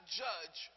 judge